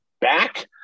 back